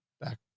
back